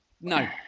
No